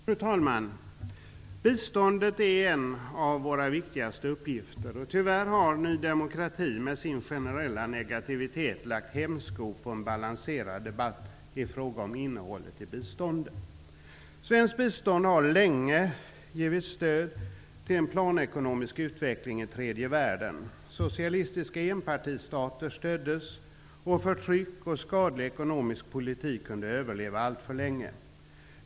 Fru talman! Biståndet är en av våra viktigaste uppgifter. Tyvärr har Ny demokrati med sin generella negativitet lagt hämsko på en balanserad debatt i frågan om innehållet i biståndet. Svenskt bistånd gav länge stöd till en planekonomisk utveckling i tredje världen. Socialistiska enpartistater stöddes, och förtryck och en skadlig ekonomisk politik kunde överleva alltför länge.